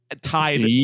tied